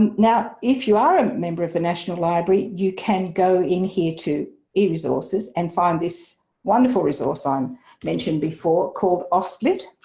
and now if you are a member of the national library you can go in here to eresources and find this wonderful resource i um mentioned before called auslit.